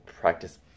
practice